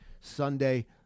Sunday